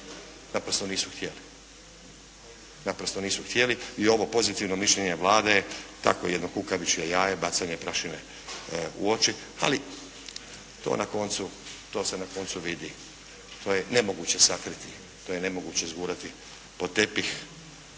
Naprosto nisu htjeli. I ovo pozitivno mišljenje Vlade je, takvo jedno kukavičje jaje, bacanje prašine u oči, ali, to na koncu, to se na koncu vidi, to je nemoguće sakriti, to je nemoguće zgurati pod tepih,